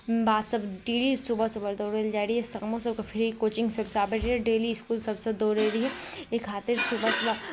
बाधसभ daily सुबह सुबह दौड़य लए जाइ रहियै शामोकेँ सभके फेर कोचिंग सभसँ आबै रहियै डेली इसकुल सभसँ दौड़ै रहियै ई खातिर सुबह सुबह